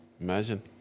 Imagine